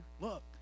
look